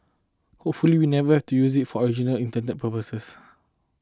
hopefully we never do you use it for original intend purposes